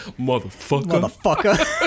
Motherfucker